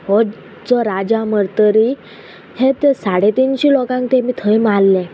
हो जो राजा मरतरी हे साडे तिनशे लोकांक तेमी थंय मारले